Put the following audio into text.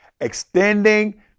extending